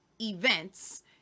events